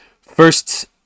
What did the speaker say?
First